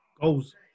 Goals